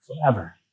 forever